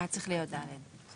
זה היה צריך להיות סעיף (ד).